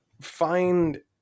find